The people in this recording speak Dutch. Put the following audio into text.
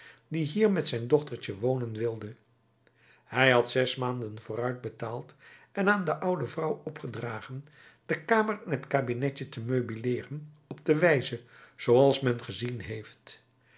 die hier met zijn dochtertje wonen wilde hij had zes maanden vooruit betaald en aan de oude vrouw opgedragen de kamer en het kabinetje te meubileeren op de wijze zooals men gezien heeft